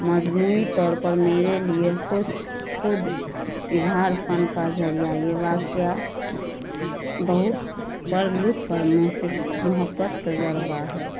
مجموعی طور پر میرے لیے خود اظہار فن کا ذریعہ یہ واقعہ بہت پر لطف اور محبت تجربہ ہے